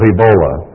Ebola